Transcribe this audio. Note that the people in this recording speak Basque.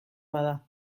bada